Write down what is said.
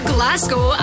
Glasgow